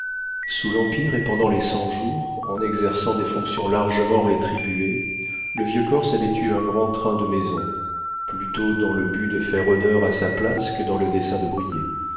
sous l'empire et pendant les cent-jours en exerçant des fonctions largement rétribuées le vieux corse avait eu un grand train de maison plutôt dans le but de faire honneur à sa place que dans le dessein de briller